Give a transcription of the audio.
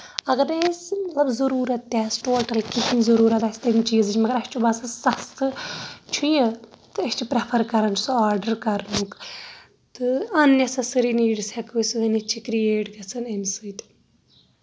اَگر نے أسہِ مطلب ضروٗرَت تہِ آسہِ ٹوٹل کہیٖنۍ ضروٗرَت آسہِ تَمہِ چیٖزٕچ مَگر اَسہِ چھُ باسان سستہٕ چھُ یہِ تہٕ أسۍ چھِ پریٚفر کران سُہ آڈر کرنُک تہٕ ان نیسیسری نیٖڈس ہٮ۪کو أسۍ ؤنِتھ چھِ کرییٹ گژھان اَمہِ سۭتۍ